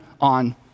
on